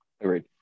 Agreed